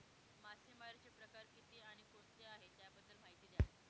मासेमारी चे प्रकार किती आणि कोणते आहे त्याबद्दल महिती द्या?